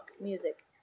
music